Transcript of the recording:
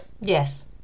yes